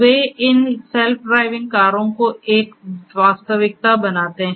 वे इन self driving कारों को एक वास्तविकता बनाते हैं